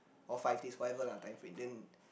or five days whatever ah time frame then